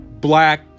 black